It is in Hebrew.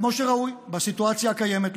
כמו שראוי בסיטואציה הקיימת,